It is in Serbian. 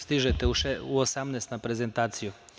Stižete u 18 na prezentaciju.